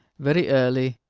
very early,